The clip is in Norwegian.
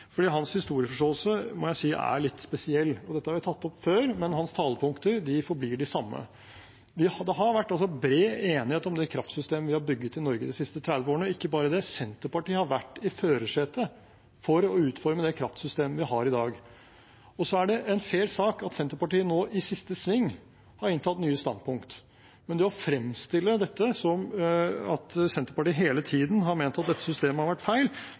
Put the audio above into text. hans historieforståelse må jeg si er litt spesiell. Dette har jeg tatt opp før, men hans talepunkter forblir de samme. Det har vært bred enighet om det kraftsystemet vi har bygget i Norge de siste 30 årene. Ikke bare det, Senterpartiet har vært i førersetet for å utforme det kraftsystemet vi har i dag. Det er en fair sak at Senterpartiet nå i siste sving har inntatt nye standpunkt, men det å fremstille dette som at Senterpartiet hele tiden har ment at dette systemet har vært feil,